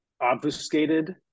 obfuscated